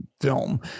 film